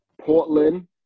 Portland